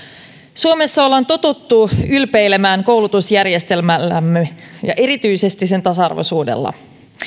suomessa ollaan totuttu ylpeilemään koulutusjärjestelmällämme ja erityisesti sen tasa arvoisuudella